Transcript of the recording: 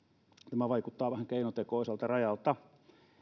tämä vaikuttaa vähän keinotekoiselta rajalta